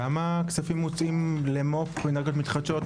כמה כספים מוצאים למו"פ ואנרגיות מתחדשות?